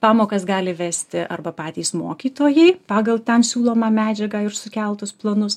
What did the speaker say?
pamokas gali vesti arba patys mokytojai pagal tam siūlomą medžiagą ir sukeltus planus